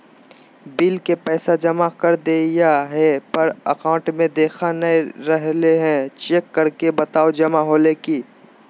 Bill के पैसा जमा कर देलियाय है पर अकाउंट में देखा नय रहले है, चेक करके बताहो जमा होले है?